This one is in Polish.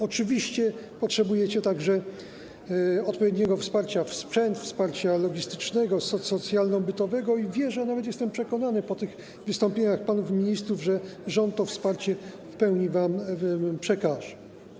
Oczywiście potrzebujecie odpowiedniego wsparcia, jeśli chodzi o sprzęt, wsparcia logistycznego, socjalno-bytowego i wierzę, a nawet jestem przekonany po tych wystąpieniach panów ministrów, że rząd to wsparcie w pełni wam przekaże.